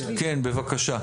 כן, בבקשה.